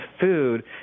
food